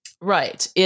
Right